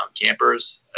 campers